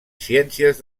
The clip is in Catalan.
ciències